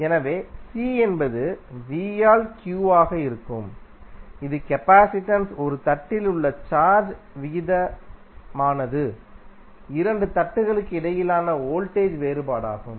எனவே C என்பது V ஆல் q ஆக இருக்கும் இது கெபாசிடன்ஸ் 1 தட்டில் உள்ள சார்ஜ் விகிதமானது இரண்டு தட்டுகளுக்கு இடையிலான வோல்டேஜ் வேறுபாடாகும்